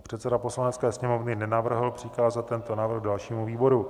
Předseda Poslanecké sněmovny nenavrhl přikázat tento návrh dalšímu výboru.